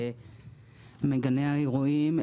מגני האירועים,